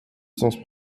sens